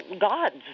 gods